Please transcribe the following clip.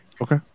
Okay